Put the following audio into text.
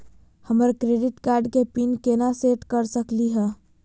हमर credit card के PIN केना सेट कर सकली हे?